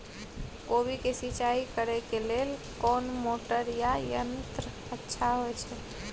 कोबी के सिंचाई करे के लेल कोन मोटर या यंत्र अच्छा होय है?